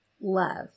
love